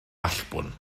allbwn